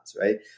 right